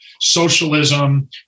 socialism